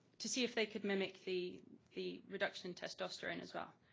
to see if they could mimic the the reduction testosterone as well.